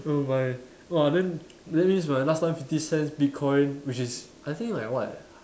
so my !wah! then that means last time my fifty cents bitcoin which is I think like what